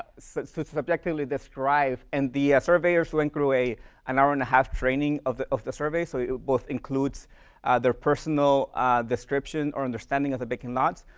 so subjectively, describe, and the surveyors went through an hour and a half training of the of the survey, so it both includes their personal description or understanding of the vacant lots,